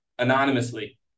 anonymously